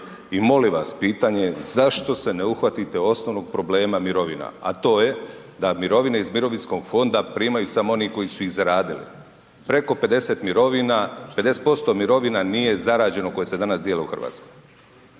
I molim vas pitanje. Zašto se ne uhvatite osnovnog problema mirovina, a to je da mirovine iz mirovinskog fonda primaju samo oni koji su ih zaradili. Preko 50 mirovina, 50% mirovina nije zarađeno koje se dana dijele u Hrvatskoj.